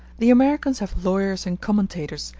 the americans have lawyers and commentators,